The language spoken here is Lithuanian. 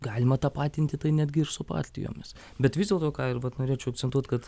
galima tapatinti tai netgi ir su partijomis bet vis dėlto ką ir vat norėčiau akcentuot kad